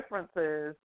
differences